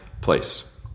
place